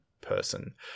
person